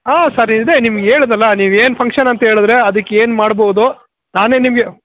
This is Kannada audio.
ಹಾಂ ಸರ್ ಇದೆ ನಿಮ್ಗೆ ಹೇಳಿದ್ನಲ್ಲ ನೀವು ಏನು ಫಂಕ್ಷನ್ ಅಂತ ಹೇಳಿದ್ರೆ ಅದ್ಕೇನು ಮಾಡ್ಬೋದು ನಾನೇ ನಿಮಗೆ